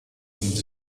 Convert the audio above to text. kommt